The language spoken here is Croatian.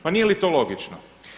Pa nije li to logično?